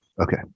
Okay